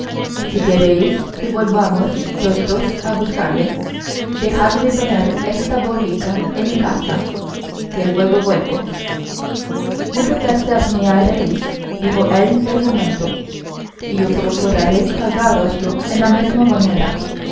si queréis que volvamos los dos a buscarle dejadme poner esta borrica en mi casa que luego vuelvo mucho placer me haréis dijo el del jumento e yo procuraré pagároslo en la mesma moneda